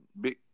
big